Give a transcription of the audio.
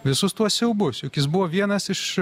visus tuos siaubus juk jis buvo vienas iš